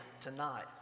tonight